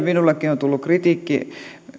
minullekin on tullut